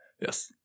yes